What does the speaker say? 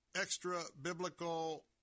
extra-biblical